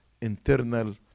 internal